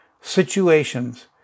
situations